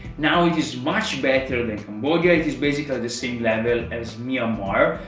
now it is much better than cambodia, it is basically the same level as myanmar,